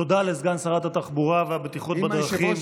תודה לסגן שרת התחבורה והבטיחות בדרכים